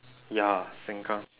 ya sengkang